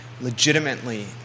Legitimately